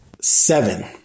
seven